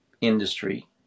industry